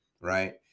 right